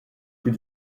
plus